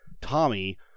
Tommy